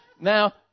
Now